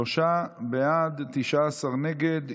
שלושה בעד, 19 נגד.